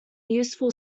useful